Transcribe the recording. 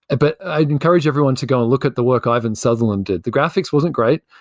but i'd encourage everyone to go and look at the work ivan sutherland did. the graphics wasn't great,